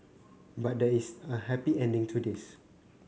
but there is a happy ending to this